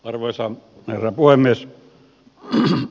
arvoisa herra puhemies